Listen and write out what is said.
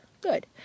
Good